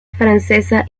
francesa